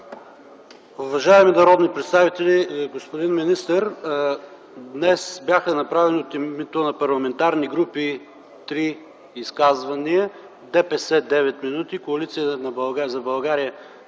Уважаеми народни представители, господин министър! Днес бяха направени от името на парламентарни групи три изказвания: ДПС – 9 минути, Коалиция за България